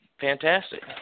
fantastic